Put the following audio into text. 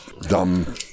dumb